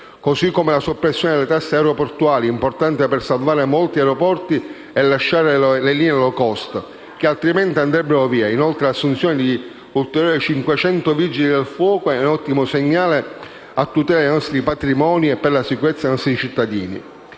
Così come la soppressione delle tasse aeroportuali è importante per salvare molti aeroporti e per lasciare linee *low costo* che altrimenti andrebbero via. Inoltre, l'assunzione di ulteriori 400 vigili del fuoco è un ottimo segnale a tutela dei nostri patrimoni e per la sicurezza dei nostri cittadini.